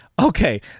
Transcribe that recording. Okay